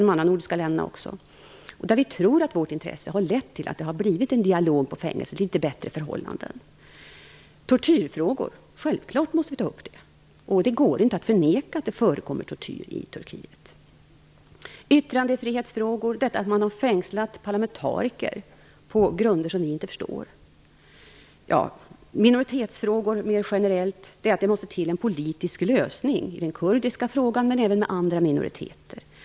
Det har man även haft i de andra nordiska länderna. Vi tror att vårt intresse har lett till att det har blivit en dialog på fängelset och litet bättre förhållanden. Tortyrfrågor måste vi självklart ta upp. Det går inte att förneka att det förekommer tortyr i Turkiet. Det gäller yttrandefrihetsfrågor. Man har fängslat parlamentariker på grunder som vi inte förstår. Det är vidare minoritetsfrågor mer generellt. Det måste till en politisk lösning i den kurdiska frågan men även i fråga om andra minoriteter.